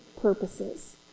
purposes